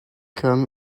com